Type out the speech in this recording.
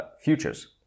futures